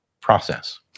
process